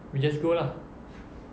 we just go lah